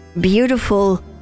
beautiful